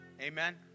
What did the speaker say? Amen